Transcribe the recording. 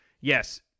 yes